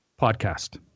Podcast